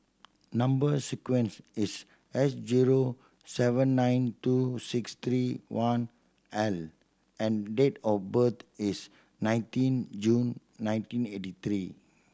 number sequence is S zero seven nine two six three one L and date of birth is nineteen June nineteen eighty three